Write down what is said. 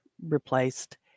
replaced